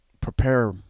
prepare –